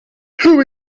who